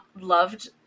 loved